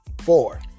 Four